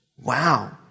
Wow